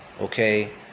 Okay